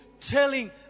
telling